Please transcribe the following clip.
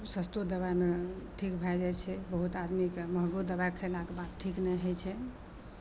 सस्तो दबाइमे ठीक भए जाइ छै बहुत आदमीके महगो दबाइ खेलाक बाद ठीक नहि होइ छै